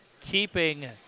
keeping